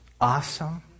awesome